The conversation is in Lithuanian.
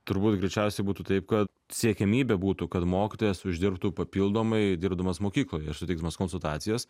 turbūt greičiausiai būtų taip kad siekiamybė būtų kad mokytojas uždirbtų papildomai dirbdamas mokykloje ir suteikdamas konsultacijas